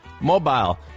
mobile